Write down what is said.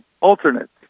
alternates